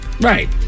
Right